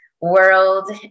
world